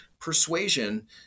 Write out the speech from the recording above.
Persuasion